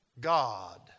God